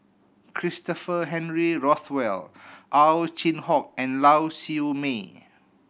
Christopher Henry Rothwell Ow Chin Hock and Lau Siew Mei